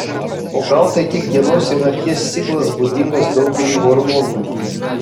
o gal tai tik dienos ir nakties ciklas būdingas daugeliui hormonų